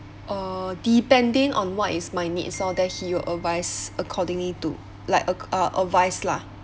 uh depending on what is my needs lor then he will advice accordingly to like a~ uh advice lah